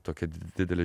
tokia didelė